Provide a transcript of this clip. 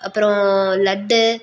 அப்புறம் லட்டு